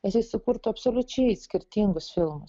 jisai sukurtų absoliučiai skirtingus filmus